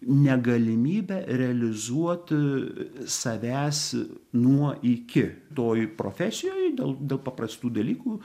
negalimybe realizuoti savęs nuo iki toj profesijoj dėl dėl paprastų dalykų